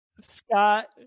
Scott